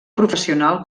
professional